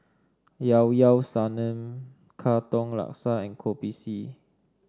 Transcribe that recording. Llao Llao Sanum Katong Laksa and Kopi C